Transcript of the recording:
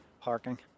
parking